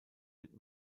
wird